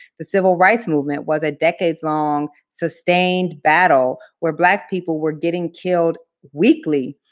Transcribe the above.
the civil rights movement was a decades-long, sustained battle where black people were getting killed weekly